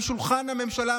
משולחן הממשלה,